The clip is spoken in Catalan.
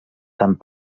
tant